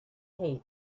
hate